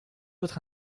autre